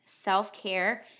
Self-care